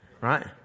right